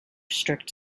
strict